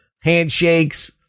handshakes